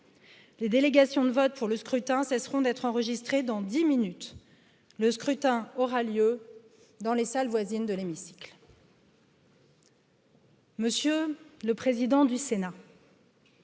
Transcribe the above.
les délégations de vote pour le scrutin cesseront d'être enregistrées dans dix minutes le scrutin aura lieu dans salles voisines de l'hémicycle. M.. le président du Sénat,